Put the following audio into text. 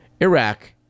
Iraq